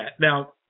Now